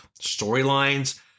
storylines